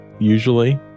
usually